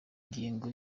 ngingo